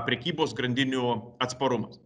prekybos grandinių atsparumas